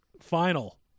final